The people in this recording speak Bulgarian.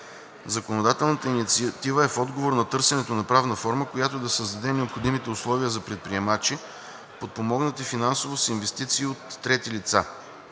Законодателната инициатива е в отговор на търсенето на правна форма, която да създаде необходимите условия за предприемачи, подпомогнати финансово с инвестиции от трети лица.